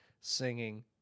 singing